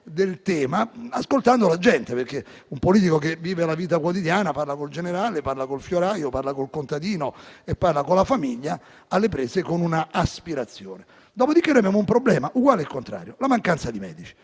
del tema ascoltando la gente, perché un politico che vive la vita quotidiana parla col generale, parla con il fioraio, parla col contadino e parla con la famiglia alle prese con un'aspirazione. Dopo di che noi abbiamo un problema, uguale e contrario: la mancanza di medici.